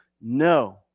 no